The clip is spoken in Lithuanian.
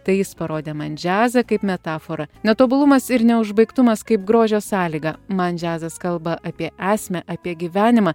tai jis parodė man džiazą kaip metaforą netobulumas ir neužbaigtumas kaip grožio sąlyga man džiazas kalba apie esmę apie gyvenimą